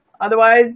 Otherwise